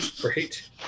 Great